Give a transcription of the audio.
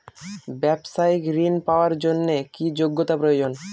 ব্যবসায়িক ঋণ পাওয়ার জন্যে কি যোগ্যতা প্রয়োজন?